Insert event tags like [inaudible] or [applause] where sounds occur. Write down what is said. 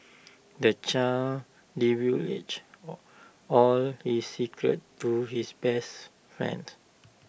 the child divulged [unintelligible] all his secrets to his best friend